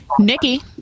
Nikki